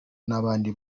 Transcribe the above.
n’abandi